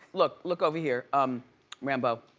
look, look over here um rambo.